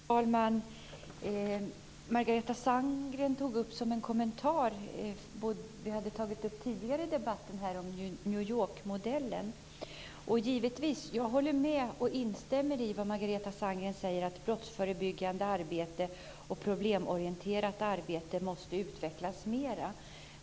Fru talman! Margareta Sandgren kom med en kommentar till New York-modellen, som vi tog upp tidigare i debatten. Jag håller givetvis med om och instämmer i det som Margareta Sandgren sade om att brottsförebyggande arbete och problemorienterat arbete måste utvecklas mera.